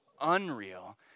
unreal